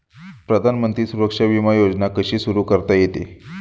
प्रधानमंत्री सुरक्षा विमा योजना कशी सुरू करता येते?